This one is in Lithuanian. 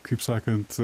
kaip sakant